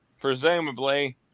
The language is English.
presumably